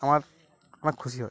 আমার আমার খুশি হয়